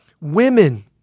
women